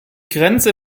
grenze